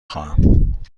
خواهم